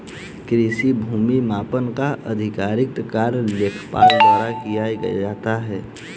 कृषि भूमि मापन का आधिकारिक कार्य लेखपाल द्वारा किया जाता है